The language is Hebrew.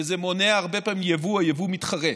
וזה מונע הרבה פעמים יבוא או יבוא מתחרה.